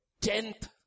tenth